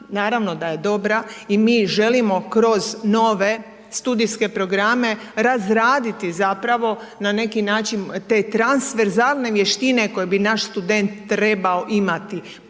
Naravno da je dobra i mi želimo kroz nove studijske programe razraditi zapravo na neki način te transverzalne vještine koje bi naš student trebao imati.